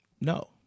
No